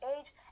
age